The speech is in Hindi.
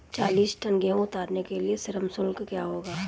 चालीस टन गेहूँ उतारने के लिए श्रम शुल्क क्या होगा?